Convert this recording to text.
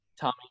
Tommy